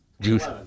juice